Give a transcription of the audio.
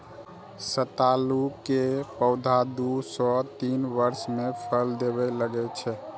सतालू के पौधा दू सं तीन वर्ष मे फल देबय लागै छै